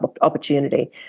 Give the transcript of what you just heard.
opportunity